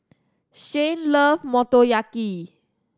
Shayne love Motoyaki